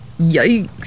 Yikes